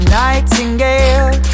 nightingale